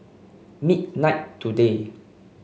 midnight today